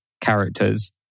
characters